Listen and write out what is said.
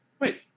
Wait